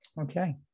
Okay